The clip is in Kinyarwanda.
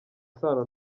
isano